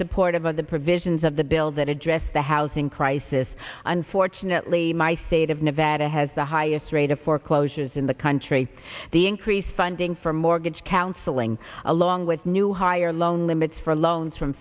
supportive of the provisions of the bill that address the housing crisis unfortunately my state of nevada has the highest rate of foreclosures in the country the increased funding for mortgage counseling along with new higher loan limits for loans from